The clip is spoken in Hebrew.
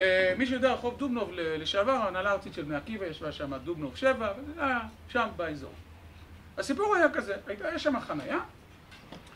מי שיודע רחוב דובנוב לשעבר, ההנהלה הארצית של בני עקיבא ישבה שם, דובנוב 7, וזה היה שם באזור. הסיפור היה כזה, הייתה שם חנייה